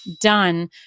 done